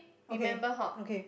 remember hor